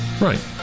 Right